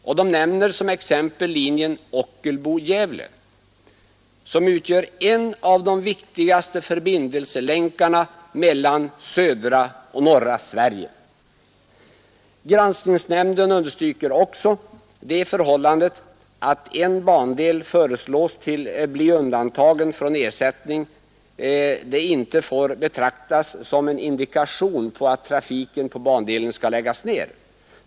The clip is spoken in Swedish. Man nämner som exempel linjen Ockelbo —Gävle, som utgör en av de viktigaste förbindelselänkarna mellan södra och norra Sverige. Granskningsnämnden understryker också att det förhållandet att en bandel föreslås bli undantagen från ersättning inte får betraktas som en indikation på att trafiken på bandelen skall läggas ner.